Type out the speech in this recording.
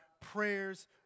prayers